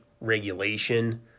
regulation